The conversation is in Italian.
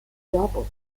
dopo